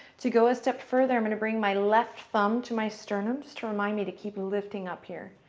to go a step further, i'm going to bring my left thumb to my sternum, just to remind me to keep lifting up here.